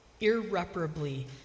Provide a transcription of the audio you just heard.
irreparably